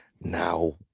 now